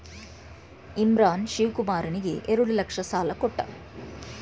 ಇಮ್ರಾನ್ ಶಿವಕುಮಾರನಿಗೆ ಎರಡು ಲಕ್ಷ ಸಾಲ ಕೊಟ್ಟ